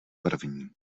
první